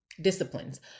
disciplines